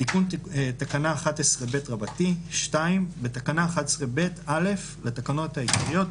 תיקון תקנה 11ב2. בתקנה 11ב(א) לתקנות העיקריות,